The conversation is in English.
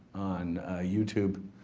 on youtube,